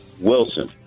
Wilson